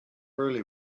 early